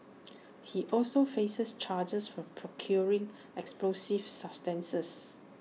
he also faces charges for procuring explosive substances